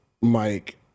Mike